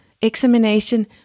Examination